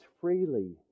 freely